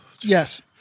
Yes